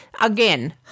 Again